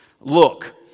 look